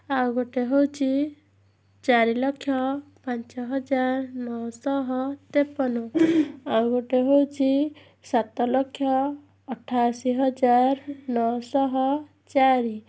ଆଉ ଗୋଟେ ହେଉଛି ଚାରି ଲକ୍ଷ ପାଞ୍ଚ ହଜାର ନଅଶହ ତେପନ ଆଉ ଗୋଟେ ହେଉଛି ସାତ ଲକ୍ଷ ଅଠାଅଶୀ ହଜାର ନଅଶହ ଚାରି